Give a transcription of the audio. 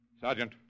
Sergeant